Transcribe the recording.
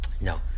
No